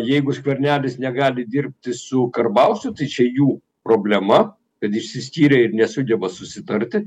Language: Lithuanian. jeigu skvernelis negali dirbti su karbauskiu tai čia jų problema kad išsiskyrė ir nesugeba susitarti